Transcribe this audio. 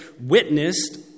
witnessed